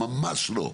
ממש לא.